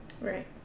Right